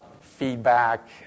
feedback